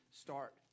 start